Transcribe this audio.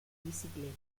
bicicletas